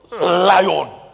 lion